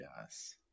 yes